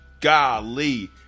golly